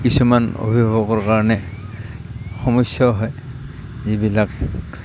কিছুমান অভিভাৱকৰ কাৰণে সমস্যাও হয় যিবিলাক